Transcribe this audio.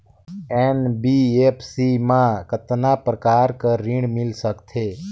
NBFC मा कतना प्रकार कर ऋण मिल सकथे?